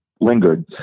lingered